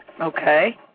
Okay